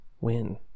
win